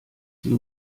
sie